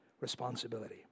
responsibility